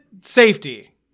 safety